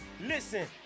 listen